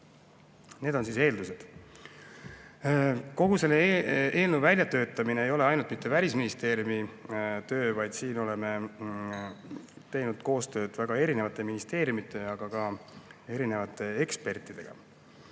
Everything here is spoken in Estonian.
Need on eeldused. Kogu selle eelnõu väljatöötamine ei ole ainult mitte Välisministeeriumi töö, vaid me oleme teinud koostööd väga erinevate ministeeriumide, aga ka erinevate ekspertidega.